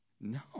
No